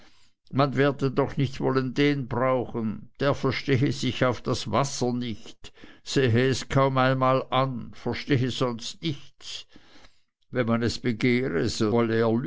man werde doch nicht wollen den brauchen der verstehe sich auf das wasser nicht sehe es kaum einmal an verstehe sonst nichts wenn man es begehre so